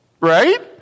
Right